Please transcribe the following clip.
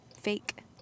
Fake